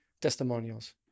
testimonials